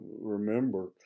remember